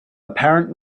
apparent